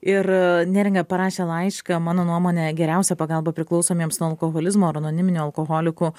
ir neringa parašė laišką mano nuomone geriausia pagalba priklausomiems nuo alkoholizmo yra anoniminių alkoholikų